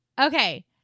Okay